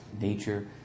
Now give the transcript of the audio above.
nature